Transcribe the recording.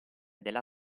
della